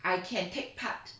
I can take part